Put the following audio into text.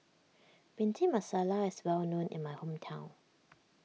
Bhindi Masala is well known in my hometown